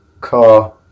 car